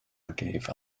gave